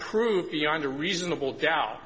proved beyond a reasonable doubt